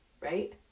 right